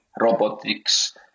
robotics